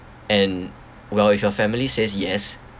and well if your family says yes